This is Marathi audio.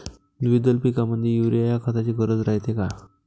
द्विदल पिकामंदी युरीया या खताची गरज रायते का?